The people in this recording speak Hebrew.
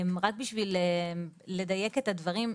רק בשביל לדייק את הדברים,